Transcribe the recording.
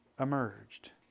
emerged